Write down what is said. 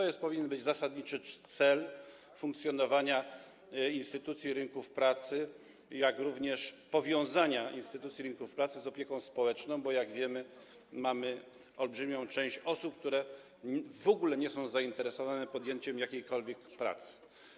I to powinien być zasadniczy cel funkcjonowania instytucji rynku pracy, jak również powiązania instytucji rynku pracy z opieką społeczną, bo jak wiemy, mamy olbrzymią część osób, które w ogóle nie są zainteresowane podjęciem jakiejkolwiek pracy.